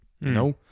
No